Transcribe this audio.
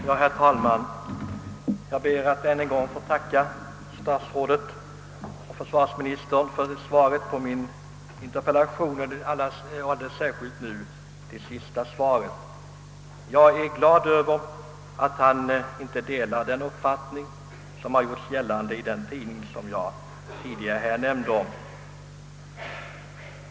Herr talman! Jag ber att än en gång få tacka för svaret på min interpellation, och alldeles särskilt tackar jag för det besked som försvarsministern gav nu senast. Jag är glad över att försvarsministern inte delar den uppfattning som kommit till uttryck i den tidningsartikel jag citerade.